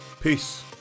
Peace